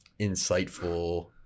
insightful